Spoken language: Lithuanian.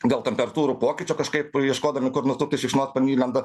dėl temperatūrų pokyčio kažkaip ieškodami kur nutūpti šikšnosparniai įlenda